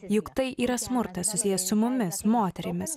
juk tai yra smurtas susijęs su mumis moterimis